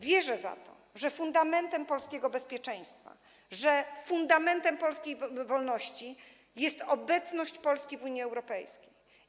Wierzę za to, że fundamentem polskiego bezpieczeństwa i polskiej wolności jest obecność Polski w Unii Europejskiej.